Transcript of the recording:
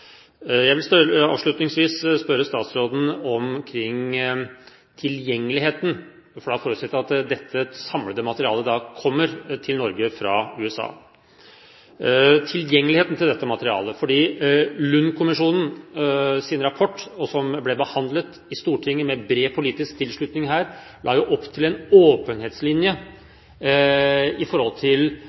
Jeg vil avslutningsvis spørre statsråden om tilgjengeligheten til dette materialet – jeg forutsetter at det samlede materialet kommer til Norge fra USA. Lund-kommisjonens rapport, som ble behandlet med bred politisk tilslutning i Stortinget, la opp til en åpenhetslinje med hensyn til